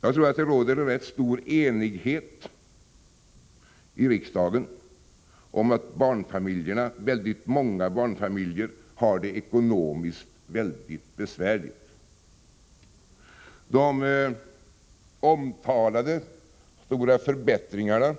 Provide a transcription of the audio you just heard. Jag tror att det råder rätt stor enighet i riksdagen om att många barnfamiljer har det ekonomiskt mycket besvärligt. De omtalade stora förbättringarna,